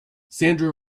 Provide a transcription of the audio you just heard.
sandra